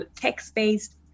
text-based